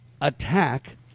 attack